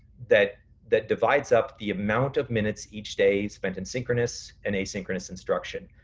that that divides up the amount of minutes each day spent in synchronous and asynchronous instruction.